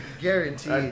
Guaranteed